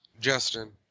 Justin